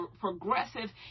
progressive